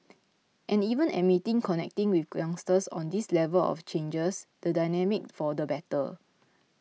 and even admitting connecting with youngsters on this level of changes the dynamic for the better